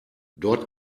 dort